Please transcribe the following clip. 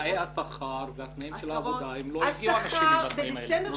תנאי השכר והתנאים העבודה לא מושכים אנשים לתפקידים האלה.